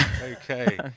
Okay